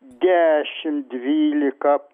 dešim dvylika